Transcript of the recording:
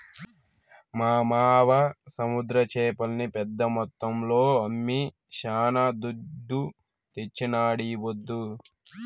మా మావ సముద్ర చేపల్ని పెద్ద మొత్తంలో అమ్మి శానా దుడ్డు తెచ్చినాడీపొద్దు